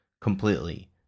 completely